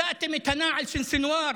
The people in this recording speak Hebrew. מצאתם את הנעל של סנוואר,